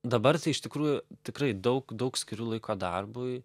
dabar tai iš tikrųjų tikrai daug daug skiriu laiko darbui